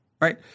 right